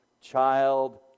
child